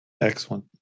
Excellent